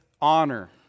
honor